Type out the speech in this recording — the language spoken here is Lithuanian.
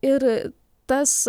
ir tas